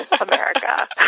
America